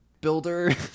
builder